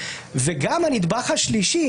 והנדבך השלישי,